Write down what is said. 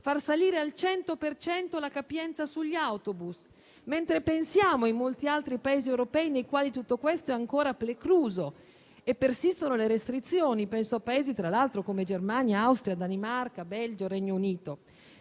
far salire al 100 per cento la capienza sugli autobus, mentre in molti altri Paesi europei tutto questo è ancora precluso e persistono le restrizioni. Penso a Paesi come Germania, Austria, Danimarca, Belgio, Regno Unito.